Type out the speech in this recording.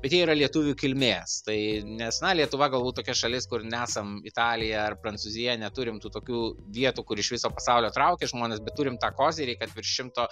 bet jie yra lietuvių kilmės tai nes na lietuva galbūt tokia šalis kur nesam italija ar prancūzija neturim tų tokių vietų kur iš viso pasaulio traukia žmonės bet turim tą kozirį kad virš šimto